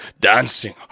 dancing